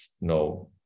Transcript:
no